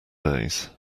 days